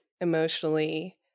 emotionally